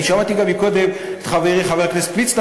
שמעתי גם קודם את חברי חבר הכנסת מצנע